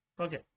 okay